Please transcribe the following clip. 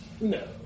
No